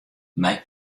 mei